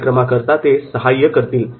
कार्यक्रमाकरता ते सहाय्य करतील